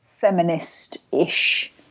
feminist-ish